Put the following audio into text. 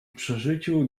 przeżyciu